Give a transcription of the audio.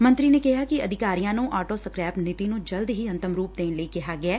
ਮੰਤਰੀ ਨੇ ਕਿਹਾ ਕਿ ਅਧਿਕਾਰੀਆ ਨੂੰ ਆਟੋ ਸਕਰੈਪ ਨੀਤੀ ਨੂੰ ਜਲਦ ਹੀ ਅੰਤਮ ਰੂਪ ਦੇਣ ਲਈ ਕਿਹਾ ਗਿਐ